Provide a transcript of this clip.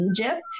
Egypt